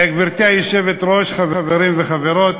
גברתי היושבת-ראש, חברים וחברות,